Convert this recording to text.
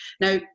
Now